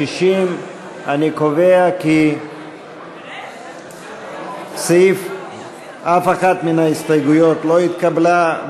60. אני קובע כי אף אחת מההסתייגויות לא התקבלה.